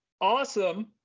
awesome